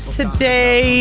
today